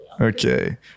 Okay